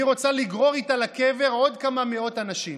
והיא רוצה לגרור איתה לקבר עוד כמה מאות אנשים.